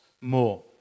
more